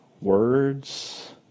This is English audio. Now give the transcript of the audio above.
words